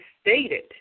stated